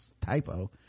typo